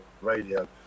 radio